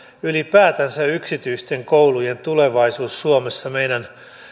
ylipäätänsä yksityisten koulujen tulevaisuus suomessa meidän